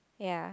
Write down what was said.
ya